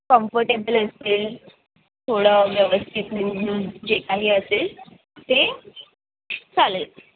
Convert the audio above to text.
comfortable असेल थोडं व्यवस्थित जे काही असेल ते चालेल